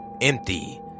empty